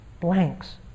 blanks